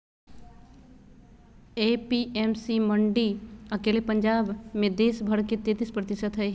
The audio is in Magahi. ए.पी.एम.सी मंडी अकेले पंजाब मे देश भर के तेतीस प्रतिशत हई